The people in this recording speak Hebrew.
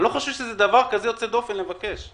אני לא חושב שזה דבר יוצא דופן לבקש.